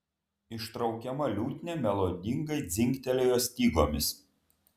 ištraukiama liutnia melodingai dzingtelėjo stygomis